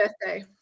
birthday